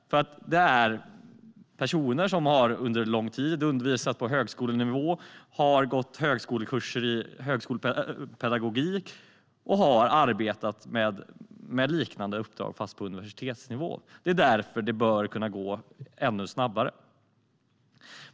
Det här är ju personer som under lång tid har undervisat på högskolenivå, har gått kurser i högskolepedagogik och har arbetat med liknande uppdrag på universitetsnivå. Det är därför det bör kunna gå ännu snabbare.